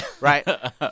Right